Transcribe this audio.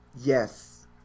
Yes